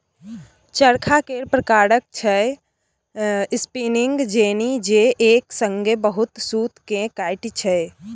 चरखा केर प्रकार छै स्पीनिंग जेनी जे एक संगे बहुत सुत केँ काटय छै